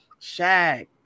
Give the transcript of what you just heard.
Shaq